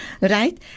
Right